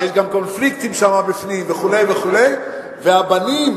יש גם קונפליקטים שם בפנים, וכו' וכו', והבנים